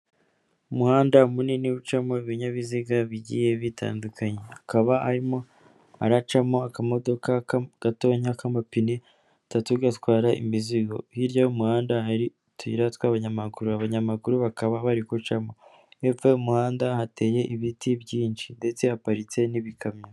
Umuhanda munini ucamo ibinyabiziga bigiye bitandukanye. Akaba arimo aracamo akamodoka gato nk'aka'amapine atatu gatwara imizigo. Hirya y'umuhanda hari utuyira tw'abanyamaguru, abanyamaguru bakaba bari gucamo. Hepfo y'umuhanda hateye ibiti byinshi ndetse haparitse n'ibikamyo.